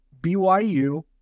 byu